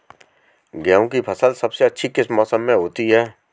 गेंहू की फसल सबसे अच्छी किस मौसम में होती है?